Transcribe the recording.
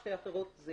שתי האחרות זה